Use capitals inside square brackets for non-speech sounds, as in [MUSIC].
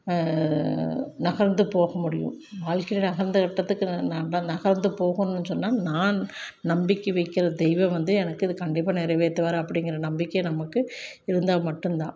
நகர்ந்து போக முடியும் வாழ்க்கையினுடைய [UNINTELLIGIBLE] கட்டத்துக்கு நா நடந் நகர்ந்து போகணுன்னு சொன்னால் நான் நம்பிக்கை வைக்கிற தெய்வம் வந்து எனக்கு இது கண்டிப்பாக நிறைவேத்துவாரு அப்படிங்கற நம்பிக்கை நமக்கு இருந்தால் மட்டுந்தான்